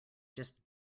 just